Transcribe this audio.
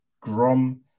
Grom